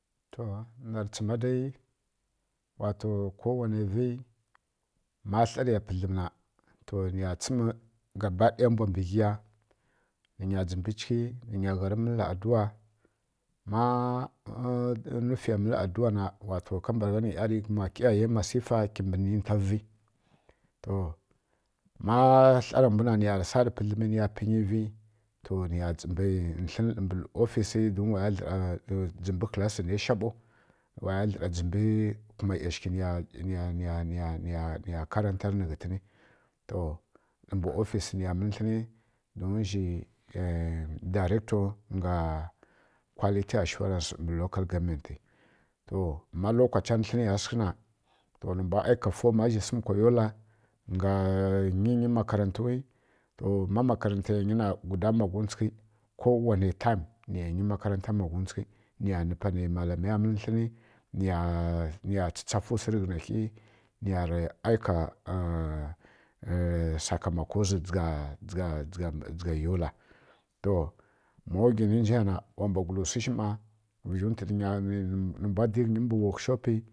To na tsǝ ma dai kowanai vi ma tlarǝ ya pǝdlǝm na to niya tsǝm gaba ɗaya mbwa mbǝ ghi ya nǝ nya dzǝmbǝ chǝghi ninya mǝl aduwa na ma maana mǝl aduwa na to kambǝragha n ˈyarughuma ƙiyayai masifa ƙimbǝ ninta vi to ma tlarambwu na niya tlari niya pǝnyi vi niya dzǝ mbǝ tlǝni dlǝmbǝ ofisǝya dun waya dlǝra dzǝmbi kǝlasi naisha ɓau waya dlǝra dzimbǝ tlǝna ˈyashǝghi niya mǝli to dlǝ mbǝ ofisǝ nniya mǝlǝ tlǝni don zhi darǝcto nga quality asurance mbǝ local government to ma lokacha tylǝnǝya sǝghǝ na to nǝ mbwa aika form kazhi sǝm kwa yola nga nyinyi makarantu wi to ma makarantai ya nyi na guda mgwuntsughi kowanai term niya nyi makaranta magwuntsughǝ niya nǝ panai malamiyan mǝli tlǝni niya tsatsafǝ wsi rǝghǝnanyi niyarǝ aika sakamakowa zi dzǝgha yola to ma wghi ninzha ya na wa mbwa gwula wsishi ˈma vǝzhuntwi nǝmbwa didi ghǝnyi mbǝ workshopi